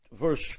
verse